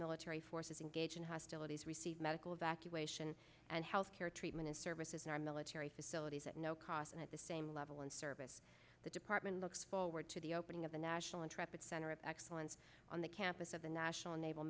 military forces engaged in hostilities receive medical evacuation and health care treatment and services in our military facilities at no cost and at the same level in service the department looks forward to the opening of the national intrepid center of excellence on the campus of the national na